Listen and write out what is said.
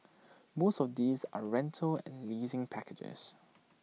most of these are rental and leasing packages